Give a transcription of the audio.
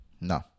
No